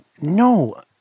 No